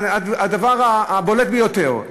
הדבר הבולט ביותר,